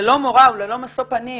ללא מורה וללא משוא פנים